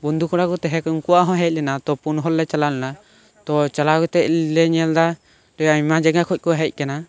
ᱵᱩᱱᱫᱷᱩ ᱠᱚᱲᱟ ᱠᱚ ᱛᱟᱦᱮᱸ ᱠᱟᱱᱟ ᱩᱝᱠᱩᱣᱟᱜ ᱦᱚᱸ ᱦᱮᱡ ᱞᱮᱱᱟ ᱛᱚ ᱯᱩᱱ ᱦᱚᱲ ᱞᱮ ᱪᱟᱞᱟᱣ ᱞᱮᱱᱟ ᱛᱚ ᱪᱟᱞᱟᱣ ᱠᱟᱛᱮᱫ ᱞᱮ ᱧᱮᱞ ᱫᱟ ᱚᱸᱰᱮ ᱟᱭᱢᱟ ᱡᱟᱭᱜᱟ ᱠᱷᱚᱱ ᱠᱚ ᱦᱮᱡ ᱟᱠᱟᱱᱟ